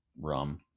rum